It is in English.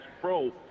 Pro